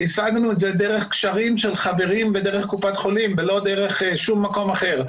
השגנו דרך קשרים של חברים ודרך קופת חולים ולא דרך שום מקום אחר.